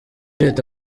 leta